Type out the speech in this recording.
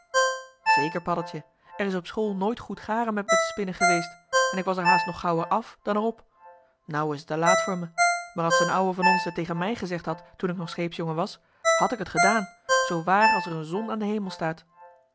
zeker paddeltje er is op school nooit goed garen met me te spinnen geweest en k was er haast nog gauwer af dan er op nou is het te laat voor me maar als d'n ouwe van ons het tegen mij gezegd had toen ik nog scheepsjongen was hàd ik t gedaan zoowaar als er een zon aan den hemel staat